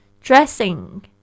Dressing